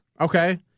Okay